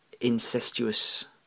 incestuous